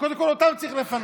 וקודם כול אותם צריך לפנות.